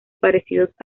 parecidos